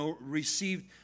received